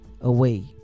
away